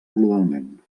globalment